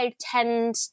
tend